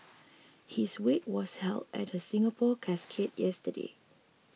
his wake was held at the Singapore Casket yesterday